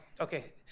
okay